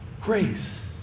Grace